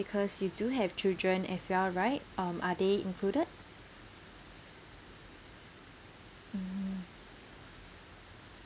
because you do have children as well right um are they included mm